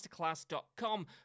masterclass.com